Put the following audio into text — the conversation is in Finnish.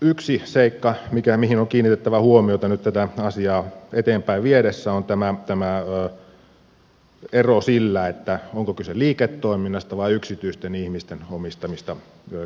yksi seikka mihin on kiinnitettävä huomiota nyt tätä asiaa eteenpäin viedessä on tämä ero siinä onko kyse liiketoiminnasta vai yksityisten ihmisten omistamista kiinteistöistä